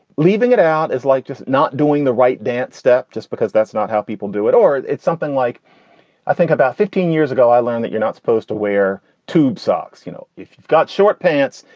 leaving it out is like just not doing the right dance step just because that's not how people do it or it's something like i think about fifteen years ago i learned that you're not supposed to wear tube socks. you know, if you've got short pants,